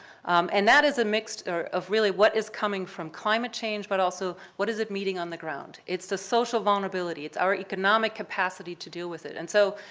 and that is a mixed of really what is coming from climate change but also what is it meeting on the ground. it's the social vulnerability. it's our economic capacity to deal with it and so,